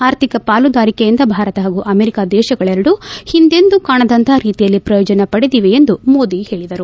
ಆರ್ಥಿಕ ಪಾಲುದಾರಿಕೆಯಿಂದ ಭಾರತ ಹಾಗೂ ಅಮೆರಿಕಾ ದೇಶಗಳೆರಡೂ ಹಿಂದೆಂದೂ ಕಾಣದಂತಹ ರೀತಿಯಲ್ಲಿ ಪ್ರಯೋಜನ ಪಡೆದಿವೆ ಎಂದು ಮೋದಿ ಹೇಳಿದರು